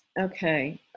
Okay